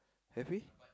have we